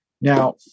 Now